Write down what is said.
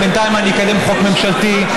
ובינתיים אני אקדם חוק ממשלתי,